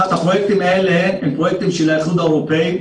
הפרויקטים האלה הם פרויקטים של האיחוד האירופי,